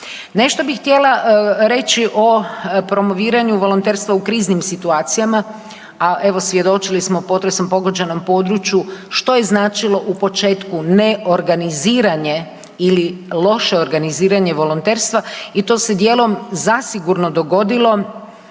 Nešto bi htjela reći o promoviranju volonterstva u kriznim situacijama, a evo, svjedočili smo, u potresom pogođenom području, što je značilo u početku neorganiziranje ili loše organiziranje volonterstva i to se dijelom zasigurno dogodilo,